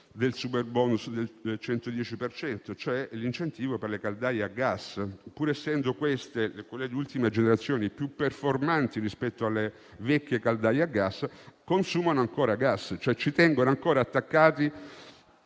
si potrebbe togliere, e cioè l'incentivo per le caldaie a gas. Pur essendo quelle di ultima generazione più performanti rispetto alle vecchie caldaie a gas, consumano ancora gas, e cioè ci tengono ancora attaccati